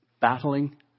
battling